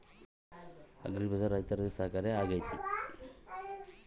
Agri Bazar ರೈತರಿಗೆ ಸಹಕಾರಿ ಆಗ್ತೈತಾ?